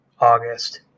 August